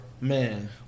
Man